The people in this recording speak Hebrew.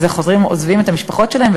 אז החוזרים עוזבים את המשפחות שלהם,